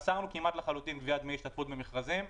אסרנו כמעט לחלוטין גביית דמי השתתפות במכרזים,